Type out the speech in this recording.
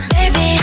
Baby